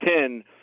ten